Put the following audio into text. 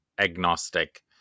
agnostic